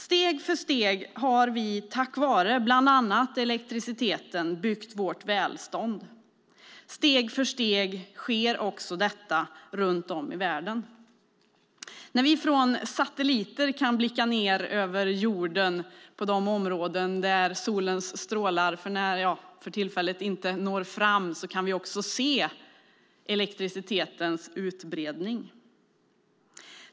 Steg för steg har vi tack vare bland annat elektriciteten byggt vårt välstånd. Steg för steg sker detta också runt om i världen. När vi från satelliter tittar ned på vår jord dit solens strålar för tillfället inte når kan vi också följa elektricitetens utbredning.